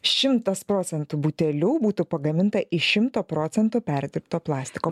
šimtas procentų butelių būtų pagaminta iš šimto procentų perdirbto plastiko